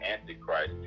antichrist